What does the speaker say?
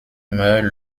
meurt